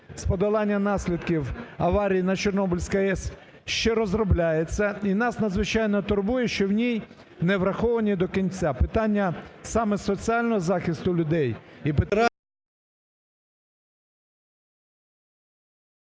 подолання наслідків аварії на Чорнобильській АЕС ще розробляється, і нас надзвичайно турбує, що в ній не враховані до кінця питання саме соціального захисту людей